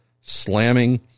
slamming